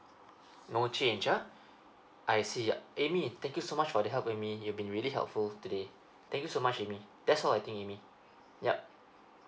no change ah I see amy thank you so much for the help amy you've been really helpful today thank you so much amy that's all I think amy yup